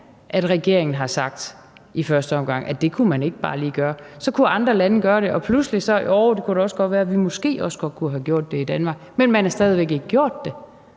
at regeringen har sagt, i første omgang, at det kunne man ikke bare lige gøre, så kunne andre lande gøre det. Og pludselig: Joh, det kunne da også godt være, vi måske også kunne have gjort det i Danmark. Men man har stadig væk ikke gjort det.